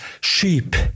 sheep